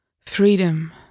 Freedom